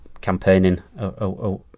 campaigning